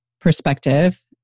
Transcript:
perspective